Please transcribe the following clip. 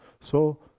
so,